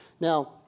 Now